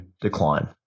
decline